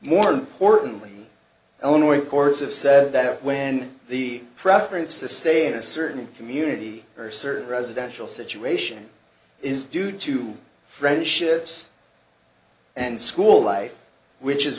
more importantly illinois courts have said that when the preference to stay in a certain community purser residential situation is due to friendships and school life which is